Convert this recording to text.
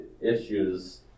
issues